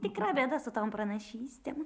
tikra bėda su tom pranašystėm